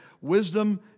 Wisdom